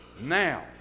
now